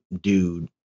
dude